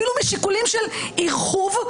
אפילו משיקולים של ארכוב,